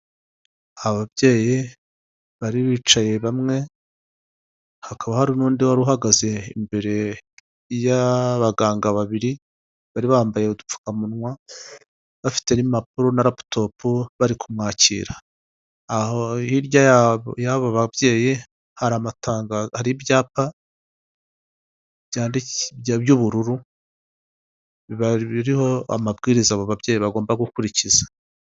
Ababyeyi bari bicaye bamwe, hakaba hari n'undi wari uhagaze imbere y'abaganga babiri bari bambaye udupfukamunwa, bafite na raputopu na abo babyeyi bari kumwakira hirya y'aba babyeyi hari hari ibyapa by'ubururu biriho amabwiriza abo babyeyi bagomba gukurikiza.